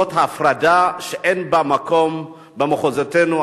זאת הפרדה שאין לה מקום במחוזותינו.